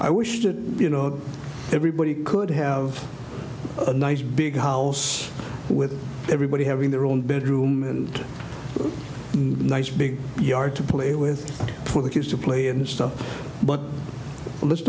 i wish that you know everybody could have a nice big house with everybody having their own bedroom and a nice big yard to play with for the kids to play and stuff but let's